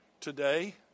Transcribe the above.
Today